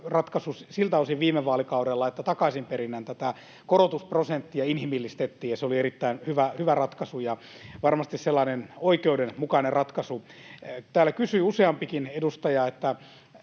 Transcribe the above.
ratkaisu siltä osin viime vaalikaudella, että tätä takaisinperinnän korotusprosenttia inhimillistettiin. Se oli erittäin hyvä ratkaisu ja varmasti sellainen oikeudenmukainen ratkaisu. Täällä kysyi useampikin edustaja —